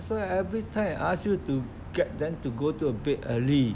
so every time I ask you to get them to go to bed early